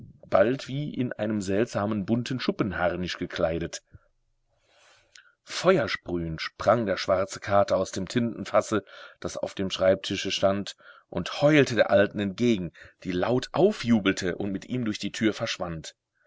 bald wie in einen seltsamen bunten schuppenharnisch gekleidet feuersprühend sprang der schwarze kater aus dem tintenfasse das auf dem schreibtische stand und heulte der alten entgegen die laut aufjubelte und mit ihm durch die tür verschwand